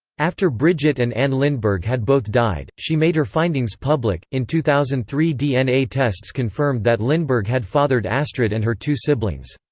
after brigitte and anne lindbergh had both died, she made her findings public in two thousand and three dna tests confirmed that lindbergh had fathered astrid and her two siblings.